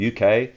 UK